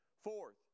Fourth